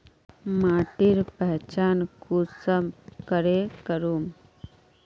माटिर पहचान कुंसम करे करूम?